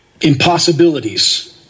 impossibilities